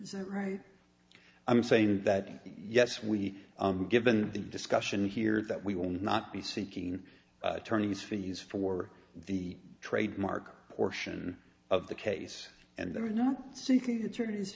is that right i'm saying that yes we are given the discussion here that we will not be seeking attorneys fees for the trademark portion of the case and they're not seeking the attorneys